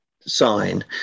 sign